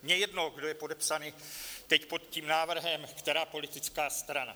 Mně je jedno, kdo je podepsaný teď pod tím návrhem, která politická strana.